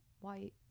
white